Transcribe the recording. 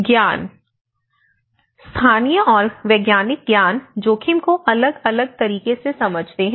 ज्ञान स्थानीय और वैज्ञानिक ज्ञान जोखिम को अलग अलग तरीके से समझते हैं